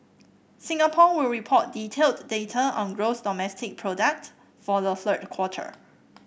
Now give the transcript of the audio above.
Singapore will report detailed data on gross domestic product for the third quarter